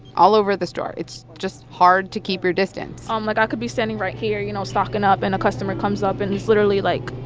all over the store, it's just hard to keep your distance um like, i could be standing right here, you know, stocking up and a customer comes up, and he's literally, like,